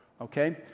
okay